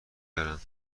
دارم